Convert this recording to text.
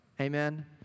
Amen